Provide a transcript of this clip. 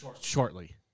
shortly